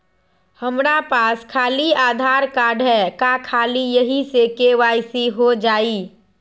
हमरा पास खाली आधार कार्ड है, का ख़ाली यही से के.वाई.सी हो जाइ?